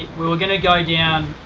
we were gonna go down